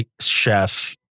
chef